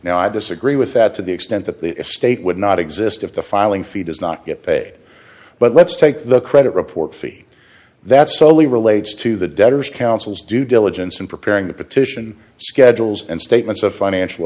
now i disagree with that to the extent that the state would not exist if the filing fee does not get paid but let's take the credit report fee that solely relates to the debtors counsel's due diligence in preparing the petition schedules and statements of financial